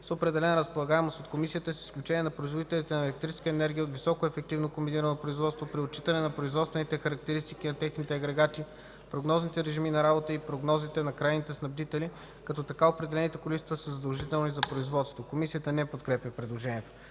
с определена разполагаемост от Комисията, с изключение на производителите на електрическа енергия от високоефективно комбинирано производство при отчитане на производствените характеристики на техните агрегати, прогнозните режими на работа и прогнозите на крайните снабдители, като така определените количества са задължителни за производителите.” Комисията не подкрепя предложението.